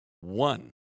one